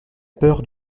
peur